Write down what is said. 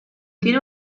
tiene